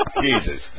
Jesus